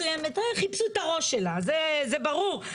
חיפשו את הראש שלה, זה ברור.